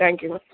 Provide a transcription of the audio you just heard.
thank you ma'am